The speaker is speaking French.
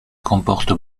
comporte